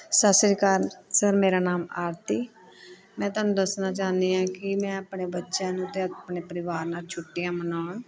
ਸਤਿ ਸ਼੍ਰੀ ਅਕਾਲ ਸਰ ਮੇਰਾ ਨਾਮ ਆਰਤੀ ਮੈਂ ਤੁਹਾਨੂੰ ਦੱਸਣਾ ਚਾਹੁੰਦੀ ਹਾਂ ਕਿ ਮੈਂ ਆਪਣੇ ਬੱਚਿਆਂ ਨੂੰ ਅਤੇ ਆਪਣੇ ਪਰਿਵਾਰ ਨਾਲ ਛੁੱਟੀਆਂ ਮਨਾਉਣ